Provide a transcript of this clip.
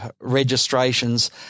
registrations